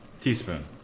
teaspoon